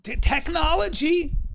Technology